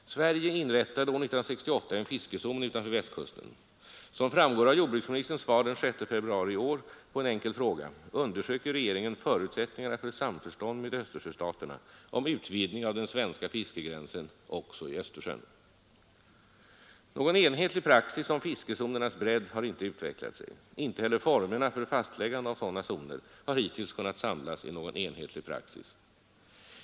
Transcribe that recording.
Sverige inrättade år 1968 en fiskezon utanför Västkusten. Som framgår av jordbruksministerns svar den 6 februari i år på en enkel fråga undersöker regeringen förutsättningarna för samförstånd med Östersjöstaterna om utvidgning av den svenska fiskegränsen också i Östersjön. Någon enhetlig praxis i fråga om fiskezonernas bredd har inte utvecklat sig, och inte heller formerna för fastläggande av sådan praxis.